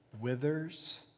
withers